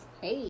Hey